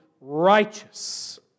righteous